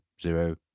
zero